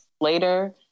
later